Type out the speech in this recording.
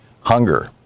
hunger